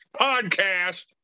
podcast